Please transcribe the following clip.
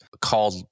called